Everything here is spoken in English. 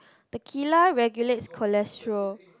tequila regulates cholesterol